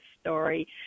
story